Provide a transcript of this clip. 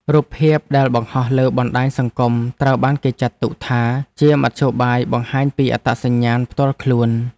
រូបភាពដែលបង្ហោះលើបណ្ដាញសង្គមត្រូវបានគេចាត់ទុកថា ជាមធ្យោបាយបង្ហាញពីអត្តសញ្ញាណផ្ទាល់ខ្លួន។